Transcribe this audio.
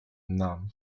nam